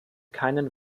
keinen